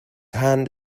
hand